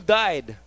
died